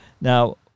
Now